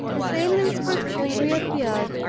the same inscription re-appeared.